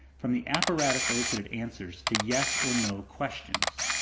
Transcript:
from the apparatus solicited answers, to yes or no questions,